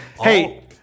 hey